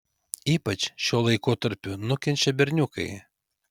ypač šiuo laikotarpiu nukenčia berniukai